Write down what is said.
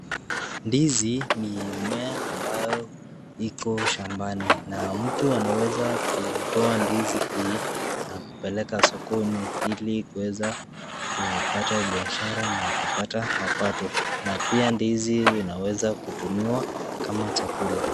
Ndizi ni mmea ambayo iko shambani. Na mtu anaweza kutoa ndizi hii na kupeleka sokoni ili kuweza kupata biashara na kupata mapato. Na pia ndizi inaweza kutumiwa kama chakula.